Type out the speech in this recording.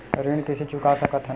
ऋण कइसे चुका सकत हन?